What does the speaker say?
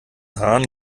haaren